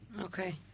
Okay